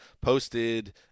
posted